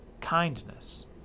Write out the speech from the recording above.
kindness